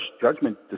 judgment